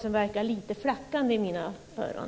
Det verkar lite flackande i mina öron.